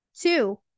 two